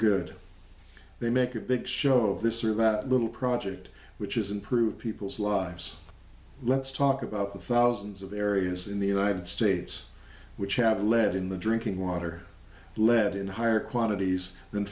good they make a big show of this or that little project which is improve people's lives let's talk about the thousands of areas in the united states which have lead in the drinking water lead in higher quantities th